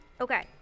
Okay